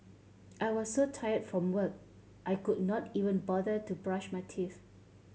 I was so tired from work I could not even bother to brush my teeth